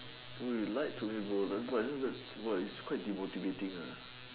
bro you lied to me bro 难怪：nan guai this is very !wah! it's quite demotivating uh